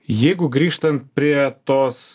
jeigu grįžtant prie tos